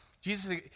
Jesus